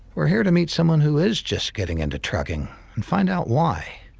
we're here to meet someone who is just getting into trucking, and find out why.